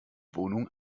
wohnung